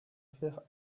faire